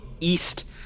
East